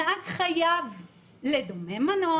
הוא חייב לדומם מנוע,